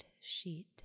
sheet